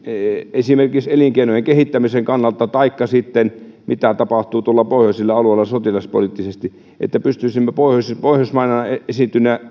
esimerkiksi elinkeinojen kehittämisen kannalta taikka sitten se mitä tapahtuu tuolla pohjoisilla alueilla sotilaspoliittisesti ovat sellaisia asioita joiden takia on tärkeää se että pystyisimme pohjoismaina esiintymään